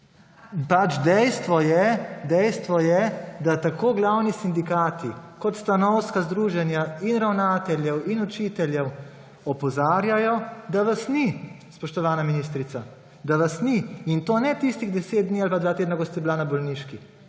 dejstvo je, da tako glavni sindikati kot stanovska združenja in ravnateljev in učiteljev opozarjajo, da vas ni. Spoštovana ministrica, da vas ni. In to ne tistih 10 dni ali pa dva tedna, ko ste bili na bolniški.